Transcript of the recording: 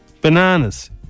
Bananas